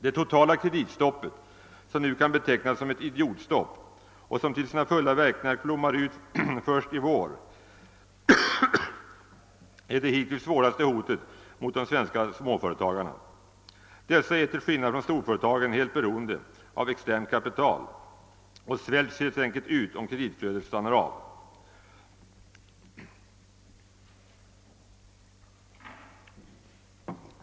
Det totala kreditstoppet, som nu kan betecknas som ett idiotstopp och som till sina fulla verkningar blommar ut först i vår, är det hittills svåraste hotet mot de svenska företagarna. Dessa är till skillnad från storföretagen helt beroende av externt kapital och svälts helt enkelt ut om kreditflödet stannar av.